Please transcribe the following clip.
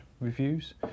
reviews